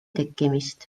tekkimist